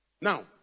Now